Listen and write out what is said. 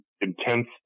intense